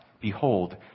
Behold